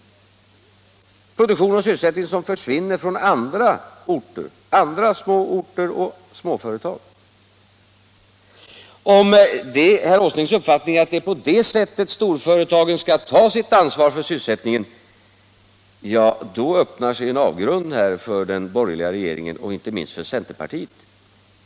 Det gäller produktion och sysselsättning som försvinner från andra små orter och från småföretag. Om det är herr Åslings uppfattning att det är på det sättet storföretagen skall ta sitt ansvar för sysselsättningen, öppnar sig en avgrund för den borgerliga regeringen och inte minst för centerpartiet.